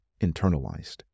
internalized